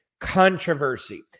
controversy